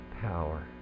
power